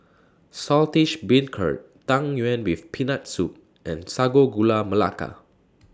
Saltish Beancurd Tang Yuen with Peanut Soup and Sago Gula Melaka